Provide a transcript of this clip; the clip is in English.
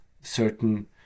certain